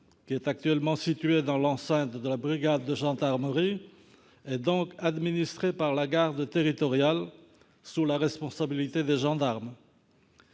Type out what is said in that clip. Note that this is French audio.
est actuellement située dans l'enceinte de la brigade de gendarmerie, donc administrée par la garde territoriale, sous la responsabilité des gendarmes.